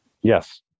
Yes